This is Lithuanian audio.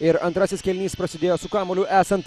ir antrasis kėlinys prasidėjo su kamuoliu esant